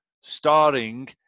Starring